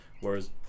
whereas